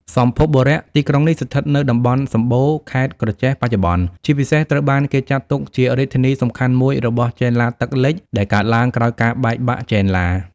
សម្ភុបុរៈ ទីក្រុងនេះស្ថិតនៅតំបន់ សម្បូរ ខេត្តក្រចេះ បច្ចុប្បន្ន ជាពិសេសត្រូវបានគេចាត់ទុកជារាជធានីសំខាន់មួយរបស់ ចេនឡាទឹកលិច ដែលកើតឡើងក្រោយការបែកបាក់ចេនឡា។